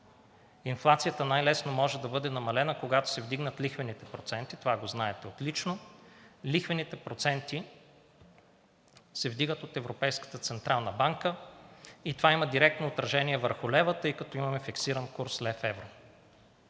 Инфлацията най-лесно може да бъде намалена, когато се вдигнат лихвените проценти, това го знаете отлично. Лихвените проценти се вдигат от Европейската централна банка и това има директно отражение върху лева, тъй като имаме фиксиран курс лев-евро